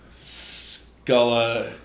scala